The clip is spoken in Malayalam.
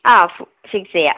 ആ ഫിക്സെയ്യാം